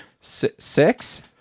Six